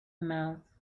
mouth